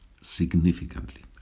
significantly